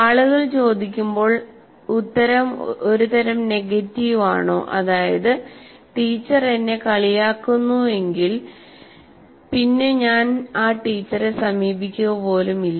ആളുകൾ ചോദിക്കുമ്പോൾ ഉത്തരം ഒരുതരം നെഗറ്റീവ് ആണോ അതായത് ടീച്ചർ എന്നെ കളിയാക്കുന്നു എങ്കിൽ പിന്നെ ഞാൻ ടീച്ചറെ സമീപിക്കുക പോലും ഇല്ല